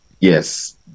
yes